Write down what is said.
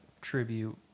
tribute